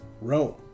Rome